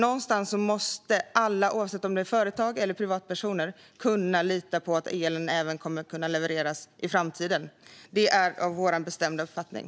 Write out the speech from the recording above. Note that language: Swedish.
Alla måste nämligen, oavsett om det är företag eller privatpersoner, kunna lita på att elen kommer att kunna levereras även i framtiden. Det är vår bestämda uppfattning.